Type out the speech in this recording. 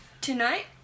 Tonight